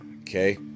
okay